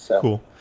Cool